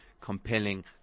compelling